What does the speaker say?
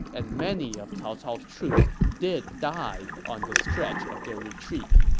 and many of cao cao's troops did die on this stretch of their retreat.